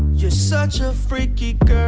you're such a freaky girl.